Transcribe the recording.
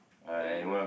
and